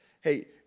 Hey